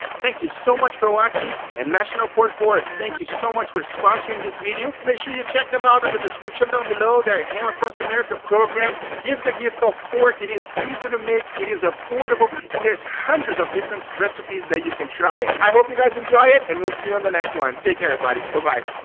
thank you so much for watching and national pork board thank you so much for sponsoring this video. make sure you check them out in the description down below their ham across america program give the gift of pork it is easy to make it is affordable and there's hundreds of different recipes that you can try it. i hope you guys enjoy it and we'll see you on the next one and take care everybody. but bye